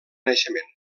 naixement